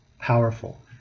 powerful